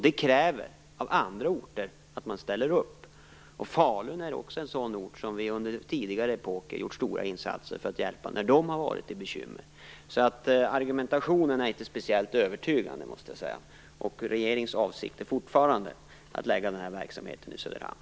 Det kräver att andra orter ställer upp. Falun är en av de orter som vi under tidigare epoker har gjort stora insatser för när man har haft bekymmer. Argumentationen är inte speciellt övertygande, måste jag säga. Regeringens avsikt är fortfarande att förlägga denna verksamhet till Söderhamn.